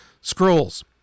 Scrolls